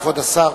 כבוד השר.